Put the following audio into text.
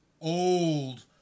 old